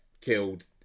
killed